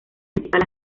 principal